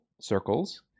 circles